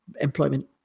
employment